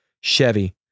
Chevy